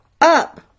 up